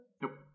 Nope